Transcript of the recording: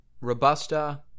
Robusta